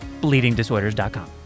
bleedingdisorders.com